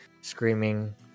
screaming